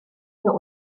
wir